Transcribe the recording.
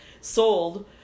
sold